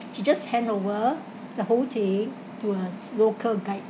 she just hand over the whole thing to a local guide